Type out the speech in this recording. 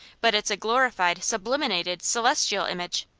but it's a glorified, sublimated, celestial image.